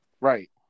Right